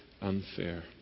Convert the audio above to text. unfair